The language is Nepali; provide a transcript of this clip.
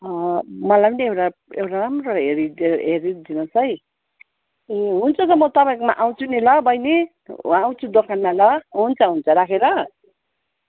मलाई पनि एउटा एउटा राम्रो हेरिदिएर हेरिदिनु होस् है ए हुन्छ त म तपाईँकोमा आउँछु नि ल बहिनी वहाँ आउँछु दोकानमा ल हुन्छ हुन्छ राखेँ ल